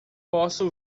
posso